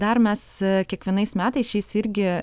dar mes kiekvienais metais šiais irgi